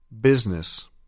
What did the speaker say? Business